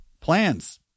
plans